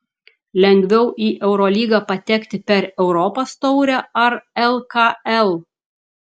lengviau į eurolygą patekti per europos taurę ar lkl